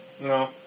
No